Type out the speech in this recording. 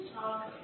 talk